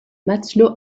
matelot